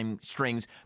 strings